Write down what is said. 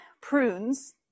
prunes